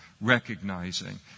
recognizing